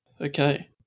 Okay